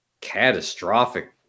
catastrophic